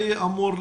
נוכח.